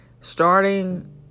starting